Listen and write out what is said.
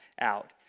out